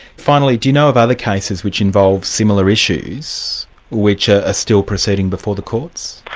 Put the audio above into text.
finally, do you know of other cases which involve similar issues which are ah still proceeding before the courts?